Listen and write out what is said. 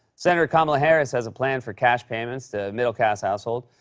senator kamala harris has a plan for cash payments to middle-class household.